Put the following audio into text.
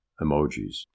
emojis